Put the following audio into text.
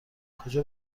کجا